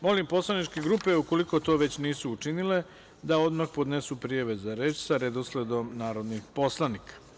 Molim poslaničke grupe, ukoliko to već nisu učinile, da odmah podnesu prijave za reč sa redosledom narodnih poslanika.